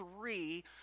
three